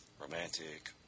romantic